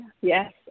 Yes